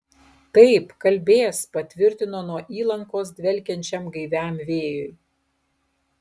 taip kalbės patvirtino nuo įlankos dvelkiančiam gaiviam vėjui